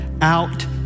out